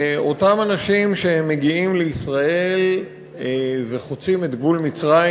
אותם אנשים שמגיעים לישראל וחוצים את גבול מצרים